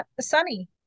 sunny